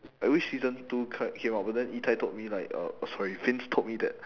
I wish season two ca~ came out but then yi tai told me like uh oh sorry vince told me that